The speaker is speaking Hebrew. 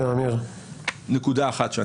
חוץ מזה, נקודה אחרונה.